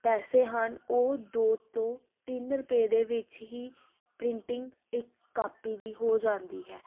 ਪੈਸੇ ਹਨ ਉਹ ਦੋ ਤੋਂ ਤਿੰਨ ਰੁਪਏ ਦੇ ਵਿੱਚ ਹੀ ਪ੍ਰਿੰਟਿੰਗ ਇੱਕ ਕਾਪੀ ਦੀ ਹੋ ਜਾਂਦੀ ਹੈ